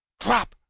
drop!